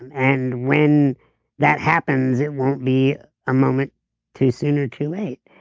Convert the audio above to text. and and when that happens it won't be a moment too soon or too late.